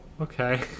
okay